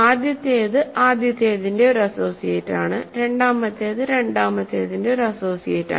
ആദ്യത്തേത് ആദ്യത്തേതിന്റെ ഒരു അസോസിയേറ്റാണ് രണ്ടാമത്തേത് രണ്ടാമത്തേതിന്റെ ഒരു അസോസിയേറ്റാണ്